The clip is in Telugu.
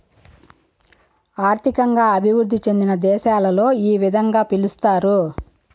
ఆర్థికంగా అభివృద్ధి చెందిన దేశాలలో ఈ విధంగా పిలుస్తారు